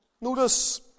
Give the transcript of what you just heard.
Notice